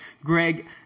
Greg